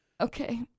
okay